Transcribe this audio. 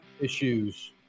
issues